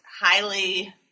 highly